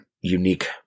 unique